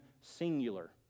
singular